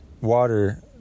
water